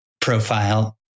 profile